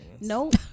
Nope